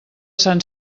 sant